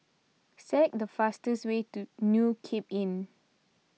say the fastest way to New Cape Inn